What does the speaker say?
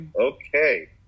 okay